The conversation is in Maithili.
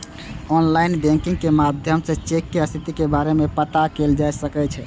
आनलाइन बैंकिंग के माध्यम सं चेक के स्थिति के बारे मे पता कैल जा सकै छै